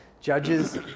Judges